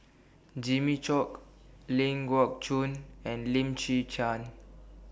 Jimmy Chok Ling Geok Choon and Lim Chwee Chian